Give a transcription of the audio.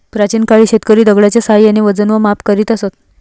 प्राचीन काळी शेतकरी दगडाच्या साहाय्याने वजन व माप करीत असत